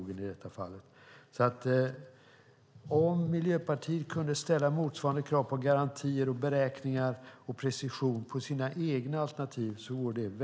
Det vore väldigt bra för svensk energidebatt om Miljöpartiet kunde ställa motsvarande krav på garantier, beräkningar och precision på sina egna alternativ.